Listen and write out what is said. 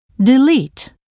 Delete